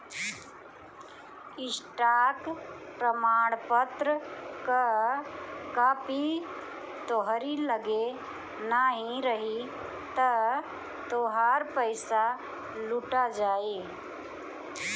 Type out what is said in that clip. stock प्रमाणपत्र कअ copy तोहरी लगे नाही रही तअ तोहार पईसा लुटा जाई